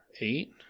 Eight